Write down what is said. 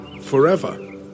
forever